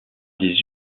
des